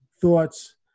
thoughts